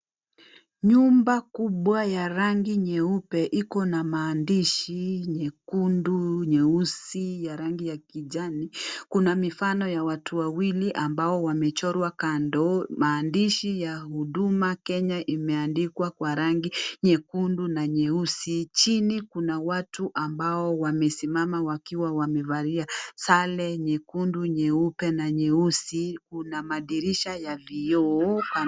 Nyumba kubwa ya rangi nyeupe iko na maandishi nyekundu, nyeusi, ya rangi ya kijani. Kuna mifano ya watu wawili ambao wamechorwa kando. Maandishi ya Huduma Kenya imeandikwa Kwa rangi nyekundu na nyeusi, chini kuna watu ambao wamesimama wakiwa wamevalia sare nyekundu, nyeupe na nyeusi . Kuna madirisha ya vioo.